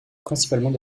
principalement